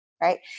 right